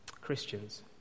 Christians